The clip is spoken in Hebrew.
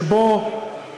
שבו